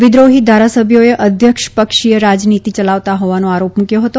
વિદ્રોફી ધારાસભ્યોએ અધ્યક્ષ પક્ષીય રાજનિતી યલાવતા હોવાનો આરોપ મૂક્યો હતો